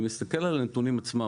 אני מסתכל על הנתונים עצמם.